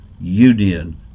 union